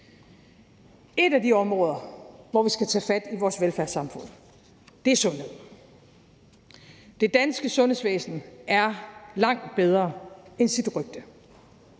Et af de områder i vores velfærdssamfund, hvor vi skal tage fat, er sundhed. Det danske sundhedsvæsen er langt bedre end sit rygte.